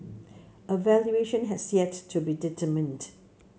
a valuation has yet to be determined